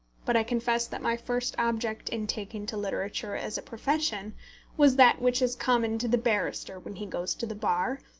but i confess that my first object in taking to literature as a profession was that which is common to the barrister when he goes to the bar,